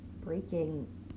breaking